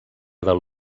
del